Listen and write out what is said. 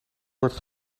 wordt